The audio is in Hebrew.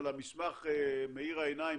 על המסמך מאיר העיניים,